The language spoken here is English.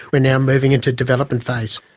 we're now moving into development phase.